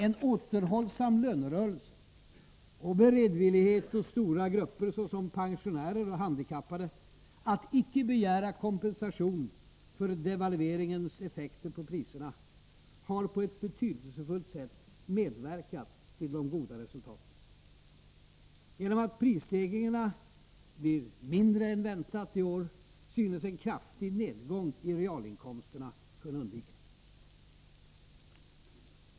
En återhållsam lönerörelse och beredvillighet hos stora grupper, såsom pensionärer och handikappade, att icke begära kompensation för devalveringens effekter på priserna har på ett betydelsefullt sätt medverkat till de goda resultaten. Genom att prisstegringarna blir mindre än väntat i år synes en kraftig nedgång i realinkomsterna kunna undvikas.